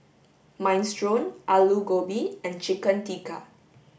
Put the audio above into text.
minestrone alu gobi and chicken tikka